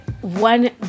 One